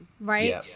right